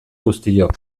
guztiok